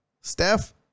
Steph